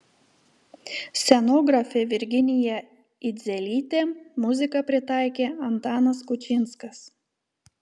scenografė virginija idzelytė muziką pritaikė antanas kučinskas